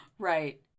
Right